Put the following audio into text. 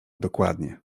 dokładnie